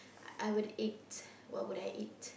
I would eat what would I eat